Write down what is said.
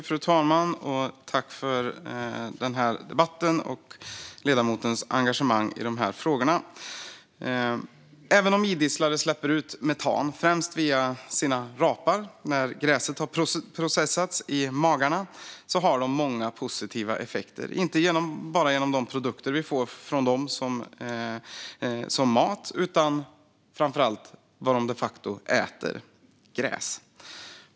Fru talman! Jag tackar för denna debatt och för ledamotens engagemang i dessa frågor. Även om idisslare släpper ut metan, främst via sina rapar när gräset har processats i magarna, har de många positiva effekter - inte bara genom de produkter vi får från dem, som mat, utan framför allt genom vad de de facto äter: gräs.